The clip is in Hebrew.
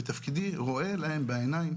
בתפקידי, רואה להם בעיניים.